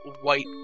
white